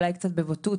אולי קצת בבוטות,